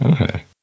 Okay